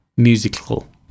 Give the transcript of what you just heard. musical